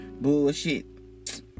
bullshit